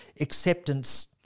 acceptance